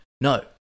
no